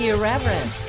Irreverent